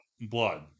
blood